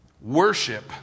worship